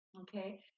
Okay